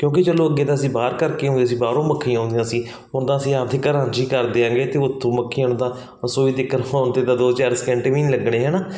ਕਿਉਂਕਿ ਚਲੋ ਅੱਗੇ ਤਾਂ ਅਸੀਂ ਬਾਹਰ ਕਰਕੇ ਹੁੰਦੇ ਸੀ ਬਾਹਰੋਂ ਮੱਖੀਆਂ ਆਉਂਦੀਆਂ ਸੀ ਹੁਣ ਤਾਂ ਅਸੀਂ ਆਪਦੇ ਘਰਾਂ 'ਚ ਹੀ ਕਰਦੇ ਹਾਂ ਗੇ ਅਤੇ ਉੱਥੋਂ ਮੱਖੀ ਆਉਣ ਦਾ ਰਸੋਈ ਤੀਕਰ ਤਾਂ ਦੋ ਚਾਰ ਸਕਿੰਟ ਵੀ ਨਹੀਂ ਲੱਗਣੇ ਹੈ ਨਾ